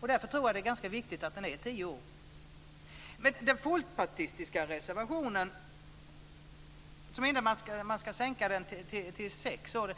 Därför tror jag att det är ganska viktigt att arkiveringstiden är tio år. Men den folkpartistiska reservationen innebär att man ska förkorta arkiveringstiden till sex år.